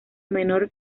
menor